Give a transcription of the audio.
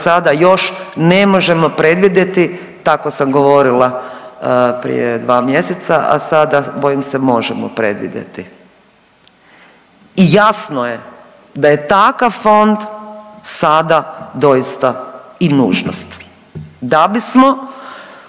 sada još ne možemo predvidjeti, tako sam govorila prije dva mjeseca, a sada bojim se možemo predvidjeti. I jasno je da je takav fond sada doista i nužnost da bismo